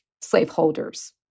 slaveholders